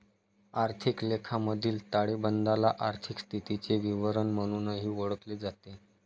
आर्थिक लेखामधील ताळेबंदाला आर्थिक स्थितीचे विवरण म्हणूनही ओळखले जाते